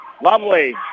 Lovely